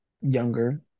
younger